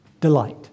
delight